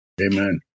Amen